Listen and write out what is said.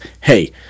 hey